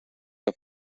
que